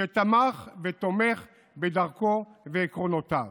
שתמך ותומך בדרכו ובעקרונותיו,